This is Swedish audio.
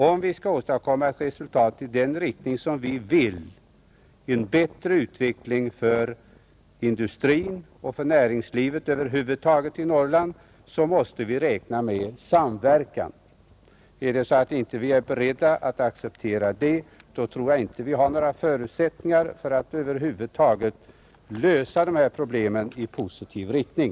Om vi skall åstadkomma ett resultat i den riktning som vi vill — en bättre utveckling för industrin och näringslivet över huvud taget i Norrland — måste vi räkna med samverkan. Är vi inte beredda att acceptera det, tror jag heller inte vi har några förutsättningar att över huvud taget lösa dessa problem med ett positivt resultat.